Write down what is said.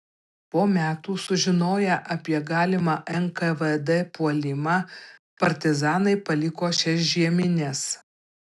po metų sužinoję apie galimą nkvd puolimą partizanai paliko šias žiemines